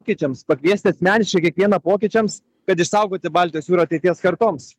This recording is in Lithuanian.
pokyčiams pakviesti asmeniškai kiekvieną pokyčiams kad išsaugoti baltijos jūrą ateities kartoms